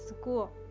School